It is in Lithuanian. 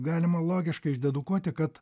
galima logiškai išdedukuoti kad